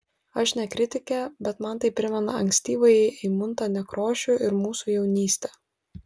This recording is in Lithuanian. aš ne kritikė bet man tai primena ankstyvąjį eimuntą nekrošių ir mūsų jaunystę